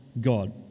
God